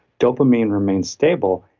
dopamine remain stable.